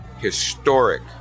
historic